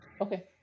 okay